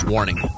Warning